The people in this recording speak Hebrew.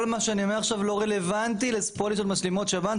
כל מה שאני אומר עכשיו לא רלוונטי לפוליסות משלימות שב"ן,